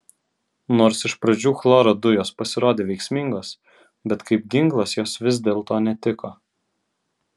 nors iš pradžių chloro dujos pasirodė veiksmingos bet kaip ginklas jos vis dėlto netiko